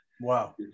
Wow